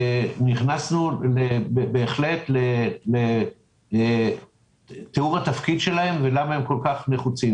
נכנסנו בהחלט לתיאור התפקיד שלהם ולמה הם כל כך נחוצים.